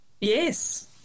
Yes